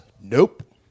nope